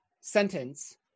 sentence